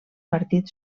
partit